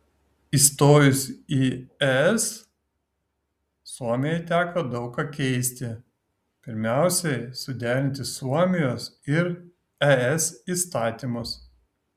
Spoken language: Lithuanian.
įstojus į es suomijai teko daug ką keisti pirmiausia suderinti suomijos ir es įstatymus